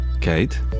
Kate